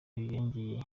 nyene